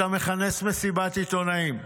אתה מכנס מסיבת עיתונאים.